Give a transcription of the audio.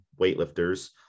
weightlifters